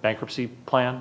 bankruptcy plan